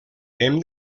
hem